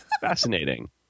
Fascinating